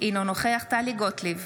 אינו נוכח טלי גוטליב,